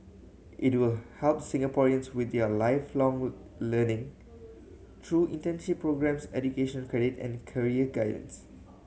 it will help Singaporeans with their Lifelong Learning through internship programmes education credit and career guidance